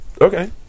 Okay